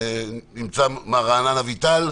מר רענן אביטל?